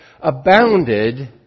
abounded